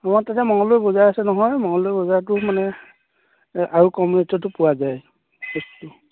আমাৰ তাতে মঙলদৈ বজাৰ আছে নহয় মঙলদৈ বজাৰটো মানে আৰু কম ৰেটতো পোৱা যায়